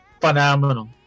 phenomenal